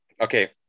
okay